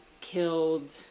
killed